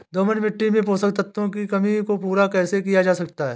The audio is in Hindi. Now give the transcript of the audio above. दोमट मिट्टी में पोषक तत्वों की कमी को पूरा कैसे किया जा सकता है?